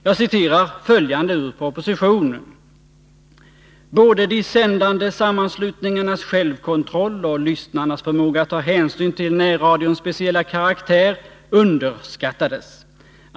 Jag citerar följande ur propositionen: ”Både de sändande sammanslutningarnas självkontroll och lyssnarnas förmåga att ta hänsyn till närradions speciella karaktär underskattades.